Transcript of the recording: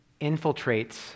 infiltrates